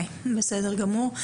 בסדר גמור.